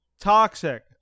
toxic